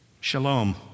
shalom